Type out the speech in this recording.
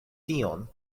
tion